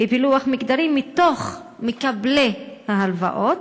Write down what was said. בפילוח מגדרי, במקבלי ההלוואות,